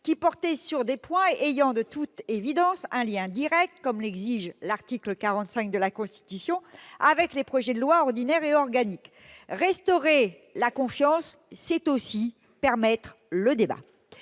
qui visaient des points ayant pourtant un lien direct, comme l'exige l'article 45 de la Constitution, avec ces projets de loi ordinaire et organique. Aucun ! Restaurer la confiance, c'est aussi permettre le débat.